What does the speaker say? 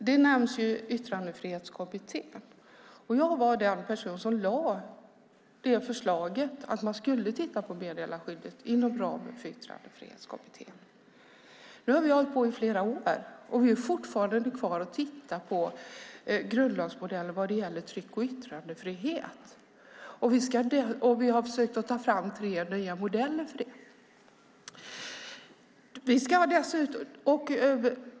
Herr talman! Här nämns Yttrandefrihetskommittén. Jag var den person som lade fram förslaget att titta på frågan om meddelarskyddet inom ramen för Yttrandefrihetskommittén. Nu har vi hållit på i flera år, och vi tittar fortfarande på grundlagsmodeller vad gäller tryck och yttrandefrihet. Vi har försökt att ta fram tre nya modeller.